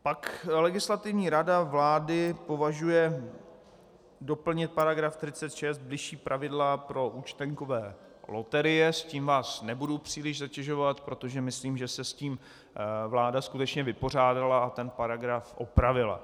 Pak Legislativní rada vlády považuje doplnit § 46 Bližší pravidla pro účtenkové loterie, s tím vás nebudu příliš zatěžovat, protože myslím, že se s tím vláda skutečně vypořádala a ten paragraf opravila.